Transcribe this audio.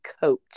coach